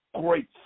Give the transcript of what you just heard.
great